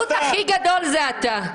הסמרטוט הכי גדול זה אתה.